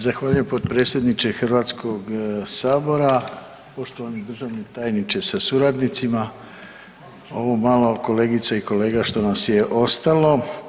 Zahvaljujem potpredsjedniče Hrvatskog sabora, poštovani državni tajniče sa suradnicima, ovo malo kolegica i kolega što nas je ostalo.